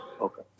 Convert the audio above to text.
Okay